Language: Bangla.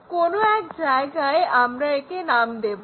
কোনো এক জায়গায় আমরা একে নাম দেবো